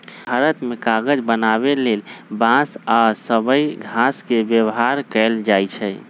भारत मे कागज बनाबे लेल बांस आ सबइ घास के व्यवहार कएल जाइछइ